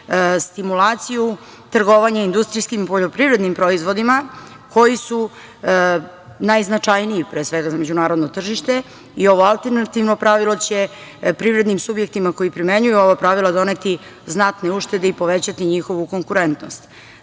stimulaciju trgovanja industrijskim poljoprivrednim proizvodima koji su najznačajniji, pre svega, za međunarodno tržište i ovo alternativno pravilo će privrednim subjektima koji primenjuju ova pravila doneti znatne uštede i povećati njihovu konkurentnost.Za